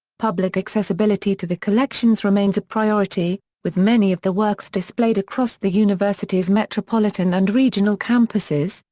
public accessibility to the collections remains a priority, with many of the works displayed across the university's metropolitan and regional campuses,